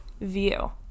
view